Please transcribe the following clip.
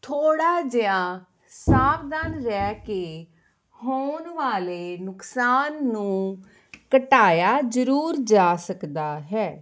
ਥੋੜ੍ਹਾ ਜਿਹਾ ਸਾਵਧਾਨ ਰਹਿ ਕੇ ਹੋਣ ਵਾਲੇ ਨੁਕਸਾਨ ਨੂੰ ਘਟਾਇਆ ਜ਼ਰੂਰ ਜਾ ਸਕਦਾ ਹੈ